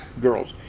girls